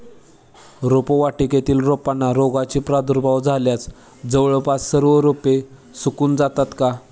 रोपवाटिकेतील रोपांना रोगाचा प्रादुर्भाव झाल्यास जवळपास सर्व रोपे सुकून जातात का?